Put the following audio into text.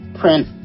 print